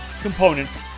components